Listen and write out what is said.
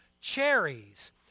cherries